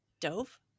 dove